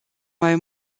mai